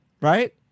Right